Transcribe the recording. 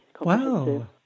Wow